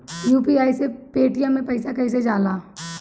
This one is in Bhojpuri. यू.पी.आई से पेटीएम मे पैसा कइसे जाला?